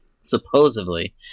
supposedly